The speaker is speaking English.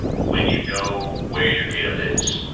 when you know where your data lives,